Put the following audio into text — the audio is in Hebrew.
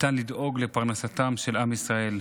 ניתן לדאוג לפרנסתם של עם ישראל.